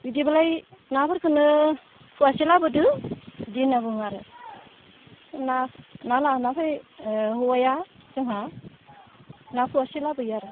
बिदिबालाय नाफोरखौनो फवासे लाबोदो बिदि होनना बुङो आरो ना लाना फै हौवाया जोंहा ना फवासे लाबोयो आरो